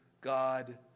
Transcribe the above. God